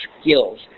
skills